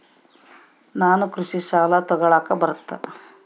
ನಾನು ಕೃಷಿ ಸಾಲ ತಗಳಕ ಬರುತ್ತಾ?